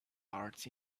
arts